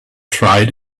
tried